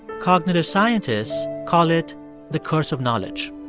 cognitive scientists call it the curse of knowledge